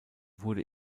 wurde